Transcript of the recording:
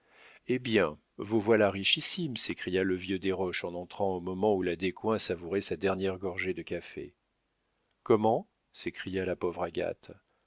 eh bien vous voilà richissime s'écria le vieux desroches en entrant au moment où la descoings savourait sa dernière gorgée de café comment s'écria la pauvre agathe